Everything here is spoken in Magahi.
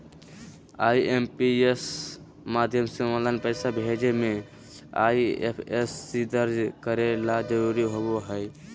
आई.एम.पी.एस माध्यम से ऑनलाइन पैसा भेजे मे आई.एफ.एस.सी दर्ज करे ला जरूरी होबो हय